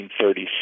1936